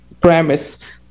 premise